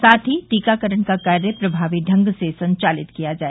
साथ ही टीकाकरण का कार्य प्रभावी ढंग से संचालित किया जाय